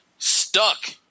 Stuck